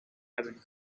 hebben